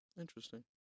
Interesting